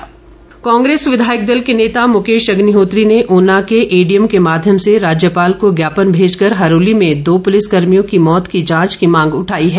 अग्निहोत्री कांग्रेस विधायक दल के नेता मुकेश अग्निहोत्री ने ऊना के एडीएम के माध्यम से राज्यपाल को ज्ञापन भेज कर हरोली में दो पुलिस कर्मियों की मौत की जांच की मांग उठाई है